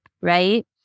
right